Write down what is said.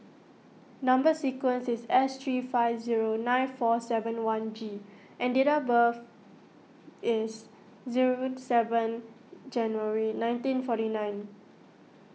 Number Sequence is S three five zero nine four seven one G and date of birth is zero seven January nineteen forty nine